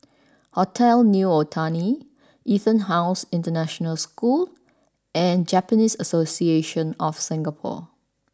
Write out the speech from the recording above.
Hotel New Otani EtonHouse International School and Japanese Association of Singapore